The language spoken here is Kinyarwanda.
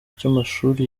cy’amashuri